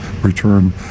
return